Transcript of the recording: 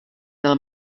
del